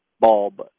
bulb